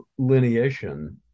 lineation